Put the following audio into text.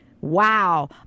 wow